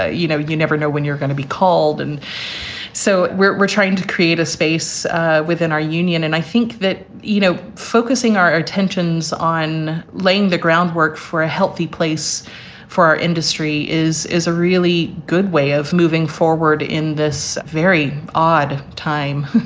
ah you know, you never know when you're gonna be called. and so we're we're trying to create a space within our union. and i think that, you know, focusing our attentions on laying the groundwork for a healthy place for our industry is is a really good way of moving forward in this very odd time.